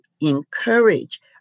encourage